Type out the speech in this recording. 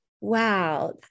wow